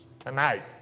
Tonight